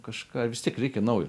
kažką vis tik reikia naujo